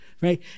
Right